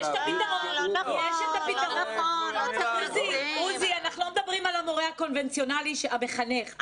אנחנו לא מדברים על המורה הקונבנציונאלי, המחנך.